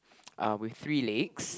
uh with three legs